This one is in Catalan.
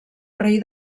rei